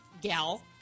gal